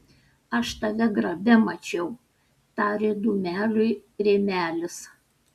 aš tave grabe mačiau tarė dūmeliui rėmelis